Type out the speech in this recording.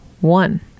one